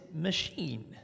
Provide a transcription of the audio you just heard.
machine